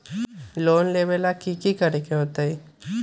Loan लेबे ला की कि करे के होतई?